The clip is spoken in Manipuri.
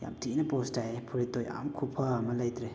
ꯌꯥꯝꯅ ꯊꯤꯅ ꯄꯣꯁ ꯇꯥꯏꯌꯦ ꯐꯨꯔꯤꯠꯇꯣ ꯌꯥꯝ ꯈꯨꯐ ꯑꯃ ꯂꯩꯇ꯭ꯔꯦ